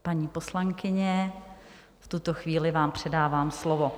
Paní poslankyně, v tuto chvíli vám předávám slovo.